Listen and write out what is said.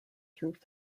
through